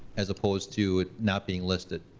as opposed to it not being listed.